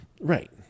Right